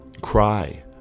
cry